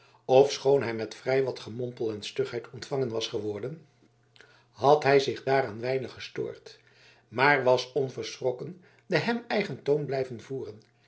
ofschoon hij met vrij wat gemompel en stugheid ontvangen was geworden had hij zich daaraan weinig gestoord maar was onverschrokken den hem eigen toon blijven voeren